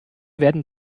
werden